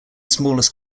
smallest